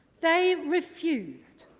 they refused.